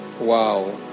Wow